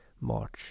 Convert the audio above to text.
march